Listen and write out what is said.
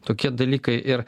tokie dalykai ir